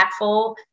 impactful